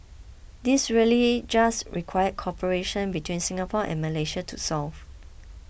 these really just required cooperation between Singapore and Malaysia to solve